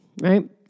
right